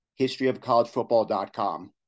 historyofcollegefootball.com